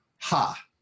Ha